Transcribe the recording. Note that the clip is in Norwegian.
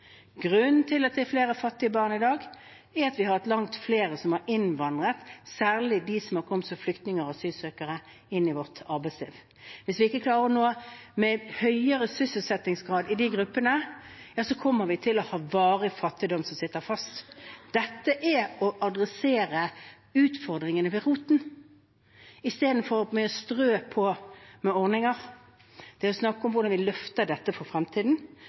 Grunnen til at det er flere fattige barn i dag, er at vi har fått langt flere som har innvandret, særlig de som har kommet som flyktninger og asylsøkere, inn i vårt arbeidsliv. Hvis vi ikke klarer å oppnå en høyere sysselsettingsgrad i de gruppene, kommer vi til å ha varig fattigdom, som sitter fast. Dette er å ta utfordringene ved roten, istedenfor å strø på med ordninger. Det er å snakke om hvordan vi løfter dette for